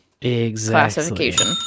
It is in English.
classification